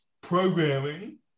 programming